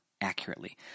accurately